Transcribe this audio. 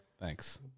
Thanks